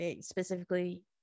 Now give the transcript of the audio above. specifically